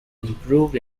improved